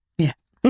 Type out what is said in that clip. Yes